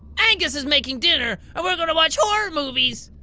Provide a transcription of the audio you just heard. angus is making dinner and we're gonna watch horror movies.